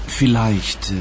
vielleicht